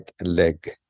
leg